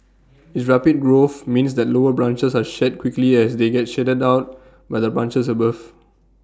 its rapid growth means that lower branches are shed quickly as they get shaded out by the branches above